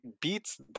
beats